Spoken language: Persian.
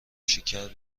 شکر